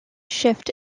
shift